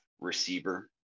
receiver